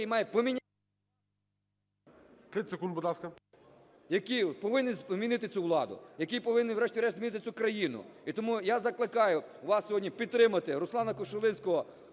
ГОЛОВКО М.Й. … який повинен змінити цю владу, який повинен, врешті-решт, змінити цю країну. І тому я закликаю вас сьогодні підтримати Руслана Кошулинського